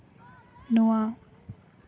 ᱱᱚᱣᱟ